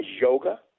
yoga